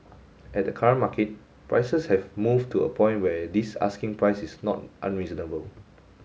at the current market prices have moved to a point where this asking price is not unreasonable